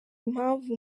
impamvu